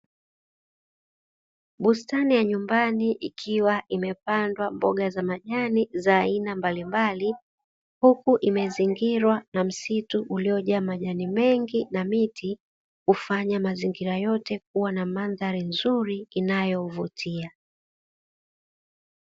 Bustani ya nyumabani ikiwa imepandwa mboga za majani za aina mbalimbali, huku imezingiewa na msitu uliojaa majani mengi na miti, kufanya mazingira yote kuwa na mandhari nzuri inayovutia.